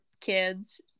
kids